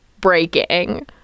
breaking